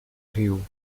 rio